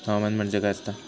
हवामान म्हणजे काय असता?